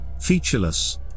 featureless